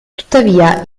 tuttavia